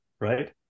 right